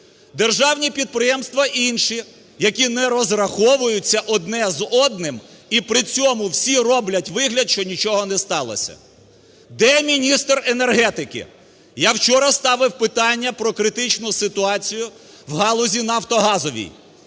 державні підприємства інші, які не розраховуються одне з одним, і при цьому всі роблять вигляд, що нічого не сталося. Де міністр енергетики? Я вчора ставив питання про критичну ситуацію в галузі нафтогазовій,